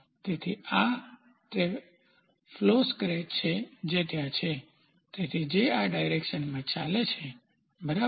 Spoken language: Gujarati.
તેથી આ તે ફ્લો સ્ક્રેચ છે જે ત્યાં છે તેથી જે આ ડાયરેકશનમાં ચાલે છે બરાબર